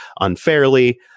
unfairly